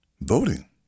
Voting